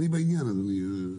אני בעניין, אדוני.